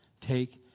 take